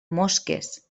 mosques